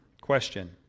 Question